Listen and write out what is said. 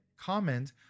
comment